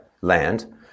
land